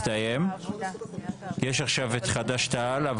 עברנו להסתייגויות של חד"ש תע"ל.